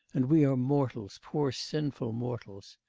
and we are mortals, poor sinful mortals.